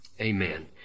Amen